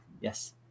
yes